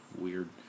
Weird